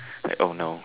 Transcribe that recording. I hope no